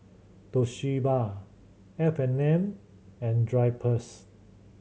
Toshiba F and N and Drypers